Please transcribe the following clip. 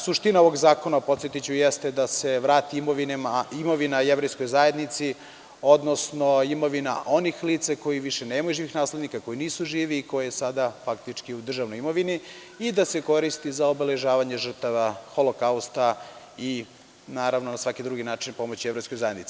Suština ovog zakona, podsetiću, jeste da se vrati imovina jevrejskoj zajednici, odnosno imovina onih lica koja više nemaju živih naslednika, koji nisu živi i što je sada faktički u državnoj imovini, i da se koristi za obeležavanje žrtava Holokausta i, naravno, na svaki drugi način pomoć jevrejskoj zajednici.